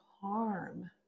harm